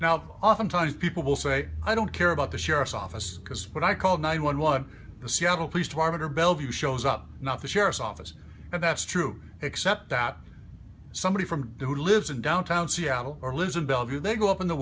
now oftentimes people will say i don't care about the sheriff's office because when i called nine one one the seattle police department or bellevue shows up not the sheriff's office and that's true except that somebody from who lives in downtown seattle or lives in bellevue they go up in the